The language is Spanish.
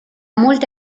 multa